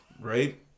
Right